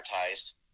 advertised